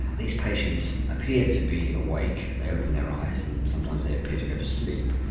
these patients appear to be awake, they open their eyes and sometimes they appear to go to sleep.